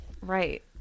Right